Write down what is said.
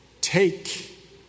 take